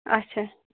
اچھا